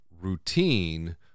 routine